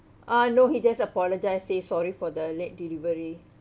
uh no he just apologized say sorry for the late delivery